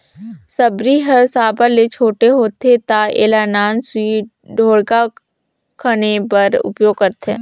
सबरी हर साबर ले छोटे होथे ता एला नान सुन ढोड़गा खने बर उपियोग करथे